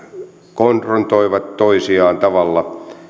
konfrontoivat toisiaan tavalla